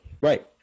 Right